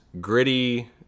gritty